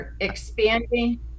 expanding